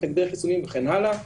מתנגדי חיסונים וכן הלאה,